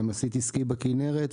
גם עשיתי סקי בכנרת,